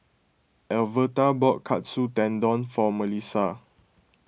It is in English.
Alverta bought Katsu Tendon for Melissa